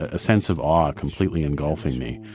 a sense of awe completely engulfing me.